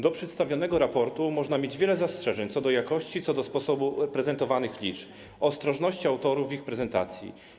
Do przedstawionego raportu można mieć wiele zastrzeżeń: co do jakości, co do sposobu prezentowanych liczb, co do ostrożności autorów w ich prezentacji.